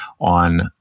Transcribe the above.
on